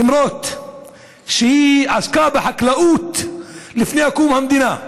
למרות שהיא עסקה בחקלאות לפני קום המדינה.